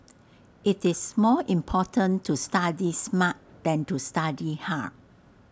IT is more important to study smart than to study hard